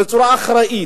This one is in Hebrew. בצורה אחראית,